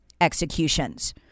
executions